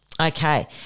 Okay